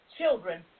children